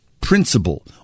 principle